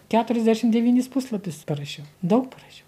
keturiasdešim devynis puslapius parašiau daug parašiau